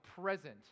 present